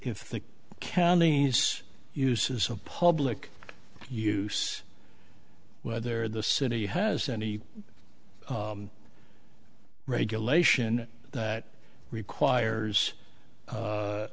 if the counties uses a public use whether the city has any regulation that requires a